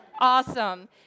Awesome